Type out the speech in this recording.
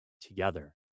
together